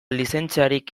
lizentziarik